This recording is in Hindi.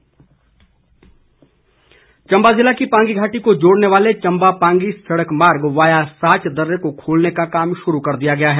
साच दर्रा चम्बा जिला की पांगी घाटी को जोड़ने वाले चम्बा पांगी सड़क मार्ग वाया साच दर्रे को खोलने का काम शुरू कर दिया गया है